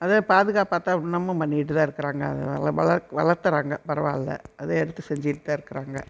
அதை பாதுகாப்பாக தான் இன்னுமும் பண்ணிகிட்டு தான் இருக்கிறாங்க அதை நல்ல பல வளர்த்துறாங்க பரவாயில்லை அதை எடுத்து செஞ்சுகிட்டு தான் இருக்காங்க